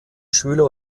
schüler